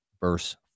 verse